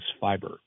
fiber